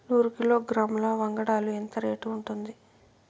నూరు కిలోగ్రాముల వంగడాలు ఎంత రేటు ఉంటుంది?